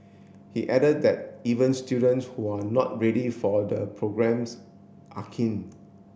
he added that even students who are not ready for the programmes are keen